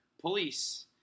police